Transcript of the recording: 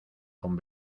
con